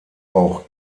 auch